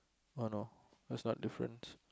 oh no that's not different